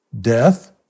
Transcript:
Death